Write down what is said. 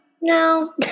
no